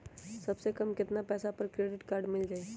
सबसे कम कतना पैसा पर क्रेडिट काड मिल जाई?